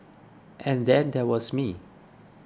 and then there was me